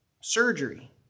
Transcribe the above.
surgery